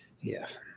Yes